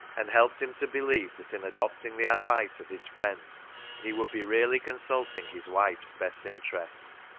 and helped him to believe that in adopting the advice of his friends he would be really consulting his wife's best interests.